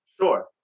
Sure